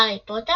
הארי פוטר,